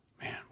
Man